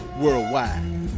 worldwide